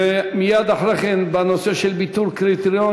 ומייד אחרי כן יעלה הנושא של ביטול קריטריון